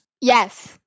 Yes